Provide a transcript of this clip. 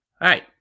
right